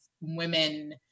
women